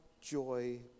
joy